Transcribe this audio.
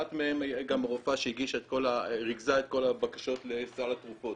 אחת מהם זו גם רופאה שריכזה את כל הבקשות לסל התרופות